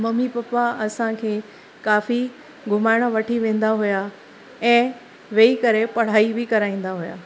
mummy papa असांखे काफ़ी घुमाइणु वठी वेंदा हुआ ऐं वेही करे पढ़ाई बि कराईंदा हुआ